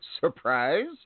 surprise